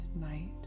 night